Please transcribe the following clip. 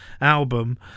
album